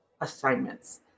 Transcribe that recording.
assignments